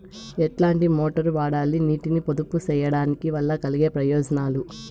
ఎట్లాంటి మోటారు వాడాలి, నీటిని పొదుపు సేయడం వల్ల కలిగే ప్రయోజనాలు?